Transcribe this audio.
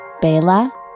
Bela